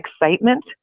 excitement